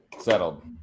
Settled